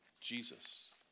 Jesus